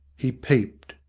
he peeped.